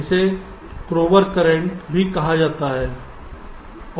इसे crowbar current भी कहा जाता है